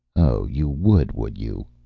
oh, you would, would you?